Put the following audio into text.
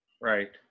Right